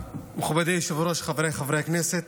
מכובדי היושב-ראש, חבריי חברי הכנסת,